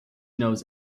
knows